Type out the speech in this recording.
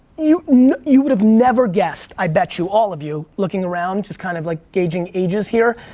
you know you would've never guessed, i bet you all of you, looking around, just kind of like gauging ages here,